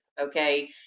Okay